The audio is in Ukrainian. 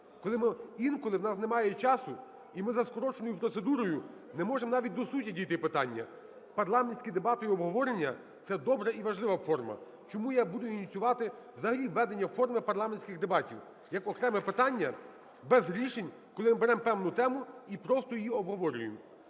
Коли ми… інколи в нас немає часу, і ми за скороченою процедурою не можемо навіть до суті дійти питання. Парламентські дебати і обговорення – це добра і важлива форма, чому я і буду ініціювати взагалі введення форми парламентських дебатів як окреме питання без рішень, коли ми беремо певну тему і просто її обговорюємо.